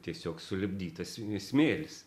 tiesiog sulipdytas smėlis